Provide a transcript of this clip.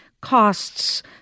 costs